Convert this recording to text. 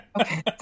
Okay